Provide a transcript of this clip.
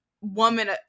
woman